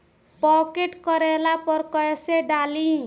Pocket करेला पर कैसे डाली?